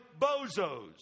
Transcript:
bozos